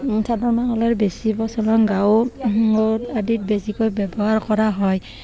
চাদৰ মেখেলাৰ বেছি প্ৰচলন গাঁও আদিত বেছিকৈ ব্যৱহাৰ কৰা হয়